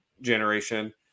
generation